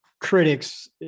critics